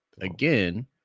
again